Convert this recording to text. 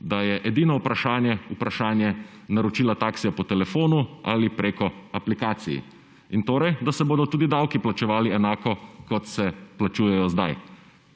Da je edino vprašanje vprašanje naročila taksija po telefonu ali preko aplikacij. In torej, da se bodo tudi davki plačevali enako, kot se plačujejo zdaj.